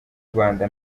rwanda